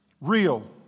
real